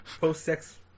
post-sex